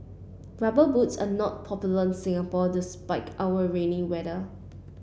rubber boots are not popular in Singapore despite our rainy weather